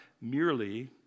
merely